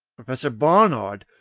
professor barnard,